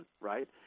right